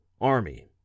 Army